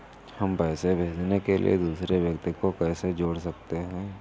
हम पैसे भेजने के लिए दूसरे व्यक्ति को कैसे जोड़ सकते हैं?